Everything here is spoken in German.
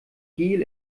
gel